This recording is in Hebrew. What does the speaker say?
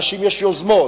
לאנשים יש יוזמות,